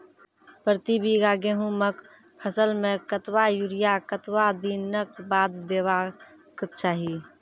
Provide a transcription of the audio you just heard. प्रति बीघा गेहूँमक फसल मे कतबा यूरिया कतवा दिनऽक बाद देवाक चाही?